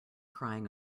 crying